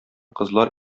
кызлар